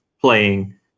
playing